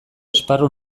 esparru